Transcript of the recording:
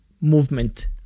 movement